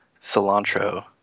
cilantro